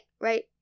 Right